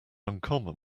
uncommon